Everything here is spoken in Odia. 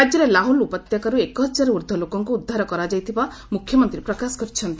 ରାଜ୍ୟର ଲାହ୍ରଲ୍ ଉପତ୍ୟାକାର୍ଚ୍ଚ ଏକ ହଜାରର୍ ଉର୍ଦ୍ଧ୍ୱ ଲୋକଙ୍କ ଉଦ୍ଧାର କରାଯାଇଥିବା ମୁଖ୍ୟମନ୍ତ୍ରୀ ପ୍ରକାଶ କରିଛନ୍ତି